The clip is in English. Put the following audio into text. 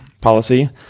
policy